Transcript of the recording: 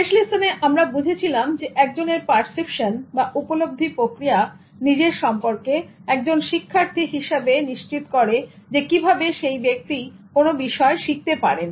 শেষ লেসনে আমরা বুঝেছিলাম যে একজনের পারসেপশন বা উপলব্ধি প্রক্রিয়া নিজের সম্পর্কে একজন শিক্ষার্থী হিসেবে নিশ্চিত করে কিভাবে সেই ব্যক্তি কোন বিষয় শিখতে পারেন